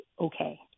okay